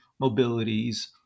mobilities